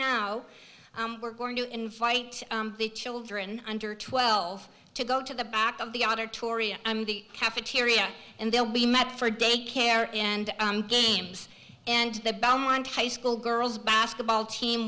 now we're going to invite the children under twelve to go to the back of the auditorium the cafeteria and they'll be met for daycare and games and the belmont high school girls basketball team